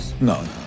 no